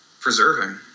preserving